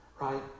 right